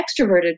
extroverted